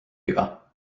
viga